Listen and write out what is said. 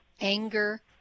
anger